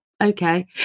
Okay